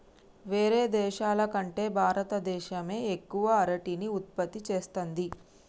వేరే దేశాల కంటే భారత దేశమే ఎక్కువ అరటిని ఉత్పత్తి చేస్తంది